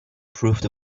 proved